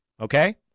okay